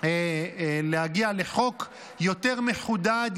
להגיע לחוק יותר מחודד,